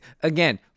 again